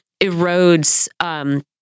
erodes